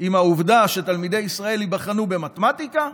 עם העובדה שתלמידי ישראל ייבחנו במתמטיקה,